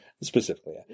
Specifically